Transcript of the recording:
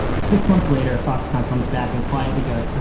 six months later, foxconn comes back and quietly goes ah